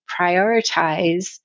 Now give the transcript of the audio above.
prioritize